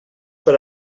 per